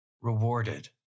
rewarded